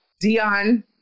Dion